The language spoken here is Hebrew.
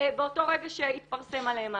באותו רגע שהתפרסם עליהם משהו.